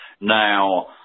Now